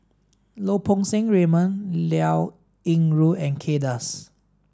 Lau Poo Seng Raymond Liao Yingru and Kay Das